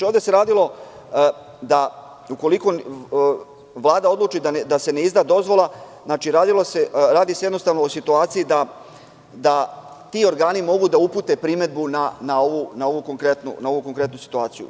Ovde se radilo o tome da ukoliko Vlada odluči da se ne izda dozvola, radi se o situaciji da ti organi mogu da upute primedbu na ovu konkretnu situaciju.